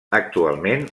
actualment